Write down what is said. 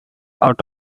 out